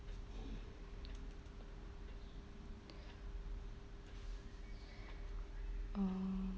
orh